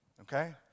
Okay